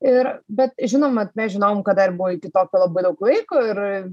ir bet žinoma mes žinojom kad dar buvo iki tokijo labai daug laiko ir